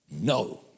No